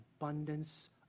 abundance